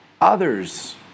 others